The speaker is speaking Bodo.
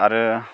आरो